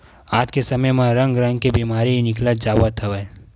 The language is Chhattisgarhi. आज के समे म रंग रंग के बेमारी निकलत जावत हवय